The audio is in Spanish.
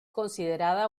considerada